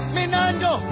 Minando